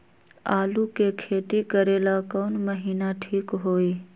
आलू के खेती करेला कौन महीना ठीक होई?